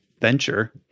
venture